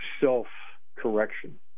self-correction